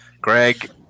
Greg